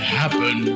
happen